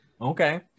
Okay